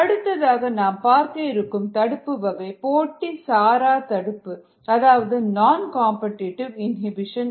அடுத்ததாக நாம் பார்க்க இருக்கும் தடுப்பு வகை போட்டி சாரா தடுப்பு அதாவது நான் காம்படிடிவு இனிபிஷன்